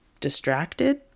Distracted